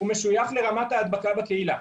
הוא משויך לרמת ההדבקה בקהילה.